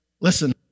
Listen